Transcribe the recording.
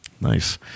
nice